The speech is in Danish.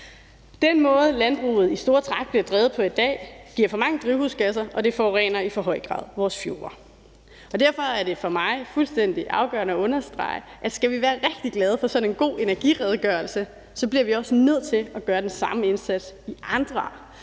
Den måde, landbruget i store træk bliver drevet på i dag, giver for mange drivhusgasser og forurener i for høj grad vores fjorde. Derfor er det for mig fuldstændig afgørende at understrege, at skal vi i SF være rigtig glade for sådan en god energiredegørelse, så bliver man også nødt til at gøre den samme indsats i andre